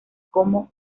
como